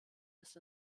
ist